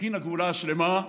מכין הגאולה השלמה.